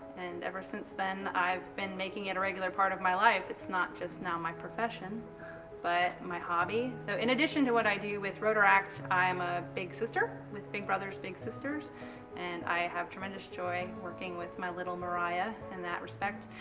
and ever since then i've been making it a regular part of my life. it's not just now my profession but my hobby. so in addition to what i do with rotaract, i'm a big sister with big brothers big sisters and i have tremendous joy working with my little mariah in that respect.